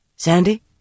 Sandy